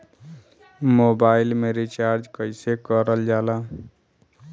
Mobile में recharge कइसे करल जाला?